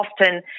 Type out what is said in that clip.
often